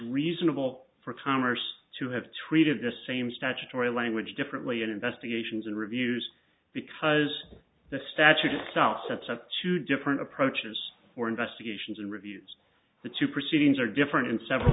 reasonable for commerce to have treated the same statutory language differently in investigations and reviews because the statute itself sets up two different approaches for investigations and reviews the two proceedings are different in several